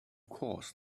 course